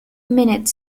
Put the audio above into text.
minutes